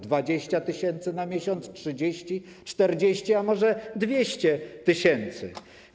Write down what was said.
20 tys. zł na miesiąc, 30, 40, a może 200 tys. zł?